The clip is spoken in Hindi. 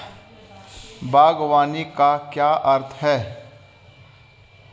बागवानी का क्या अर्थ है?